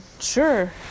sure